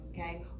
Okay